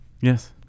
Yes